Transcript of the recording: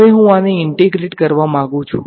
હવે હું આને ઈંટેગ્રેટ કરવા માંગુ છું